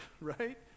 right